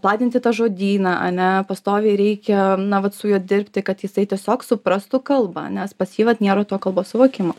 platinti tą žodyną ane pastoviai reikia na vat su juo dirbti kad jisai tiesiog suprastų kalbą nes pas jį vat nėra to kalbos suvokimo